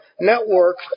Network